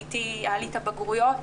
היה לי את הבגרויות